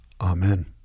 Amen